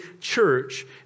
church